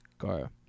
Cara